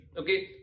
okay